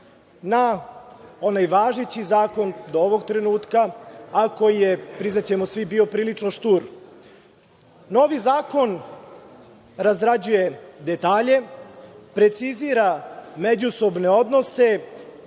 na onaj važeći zakon do ovog trenutka, ako je, priznaćemo svi, bio prilično štur. Novi zakon razrađuje detalje, precizira međusobne odnose,